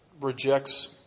rejects